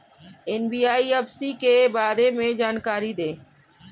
NBFC के बारे में जानकारी दें?